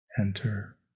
enter